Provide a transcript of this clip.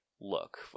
look